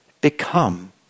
become